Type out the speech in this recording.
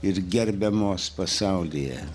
ir gerbiamos pasaulyje